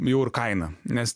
jau ir kaina nes